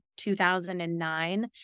2009